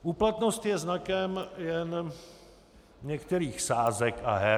Úplatnost je znakem jen některých sázek a her.